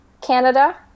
Canada